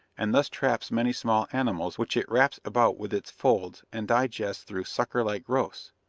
and thus traps many small animals which it wraps about with its folds and digests through sucker-like growths.